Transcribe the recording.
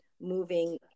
moving